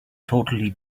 totally